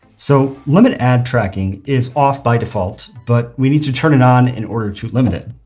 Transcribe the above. so limit ad tracking is off by default but we need to turn it on in order to limit it.